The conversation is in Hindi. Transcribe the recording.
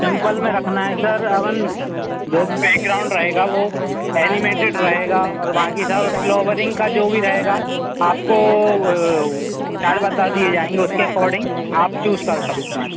सिम्पल में रखना है सर अवन जो भी बैकग्राउन्ड रहेगा वह एनिमेटेड रहेगा और बाकी सब फ्लॉवरिंग का जो भी रहेगा आपको चार बता दिए जाएँगे उसके अकॉर्डिंग आप चूज़ कर सकते हैं